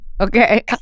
Okay